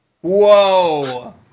Whoa